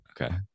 okay